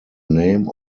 name